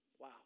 Wow